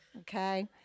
okay